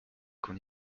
qu’on